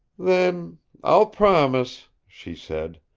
then i'll promise, she said.